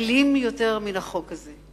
אלים יותר מהחוק הזה.